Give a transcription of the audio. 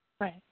Right